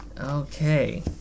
Okay